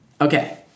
Okay